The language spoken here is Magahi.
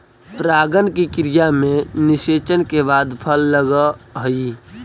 परागण की क्रिया में निषेचन के बाद फल लगअ हई